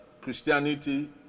Christianity